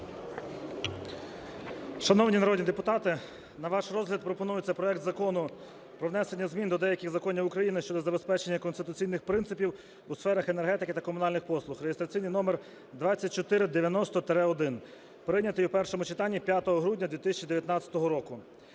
Шановні народні депутати, на ваш розгляд пропонується проект Закону про внесення змін до деяких законів України щодо забезпечення конституційних принципів у сферах енергетики та комунальних послуг (реєстраційний номер 2490-1), прийнятий у першому читанні 5 грудня 2019 року.